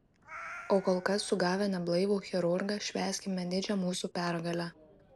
o kol kas sugavę neblaivų chirurgą švęskime didžią mūsų pergalę